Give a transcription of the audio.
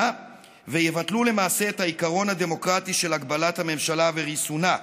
ויבטלו למעשה את העיקרון הדמוקרטי של הגבלת הממשלה וריסונה.